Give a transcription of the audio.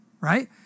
right